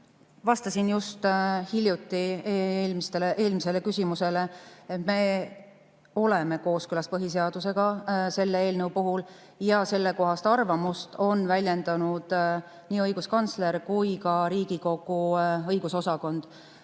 Vastasin just ühele eelmisele küsimusele, et me oleme kooskõlas põhiseadusega selle eelnõu puhul ja sellekohast arvamust on väljendanud nii õiguskantsler kui ka Riigikogu [Kantselei]